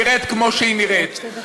נראית כמו שהיא נראית,